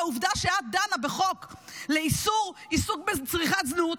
והעובדה שאת דנה בחוק לאיסור עיסוק בצריכת זנות,